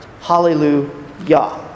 Hallelujah